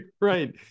Right